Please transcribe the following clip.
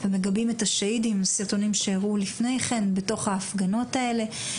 ומגבים את השהידים בסרטונים שהראו לפני כן בתוך ההפגנות האלה,